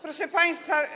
Proszę Państwa!